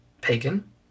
pagan